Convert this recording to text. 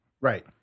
Right